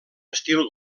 estil